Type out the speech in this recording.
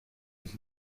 und